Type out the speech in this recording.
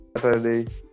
Saturday